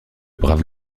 brave